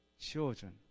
children